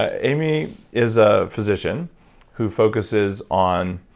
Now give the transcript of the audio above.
amy is a physician who focuses on.